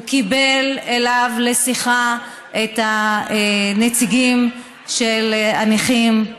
וקיבל אליו לשיחה את הנציגים של הנכים,